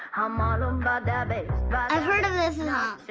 um ah and um about that bass i've heard of this and